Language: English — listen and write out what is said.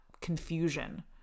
confusion